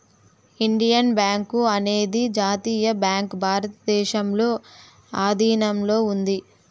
Indian bank అనేది జాతీయ bank భారతదేశంలో ఆధీనంలో ఉంది